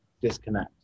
disconnect